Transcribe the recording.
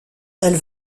elle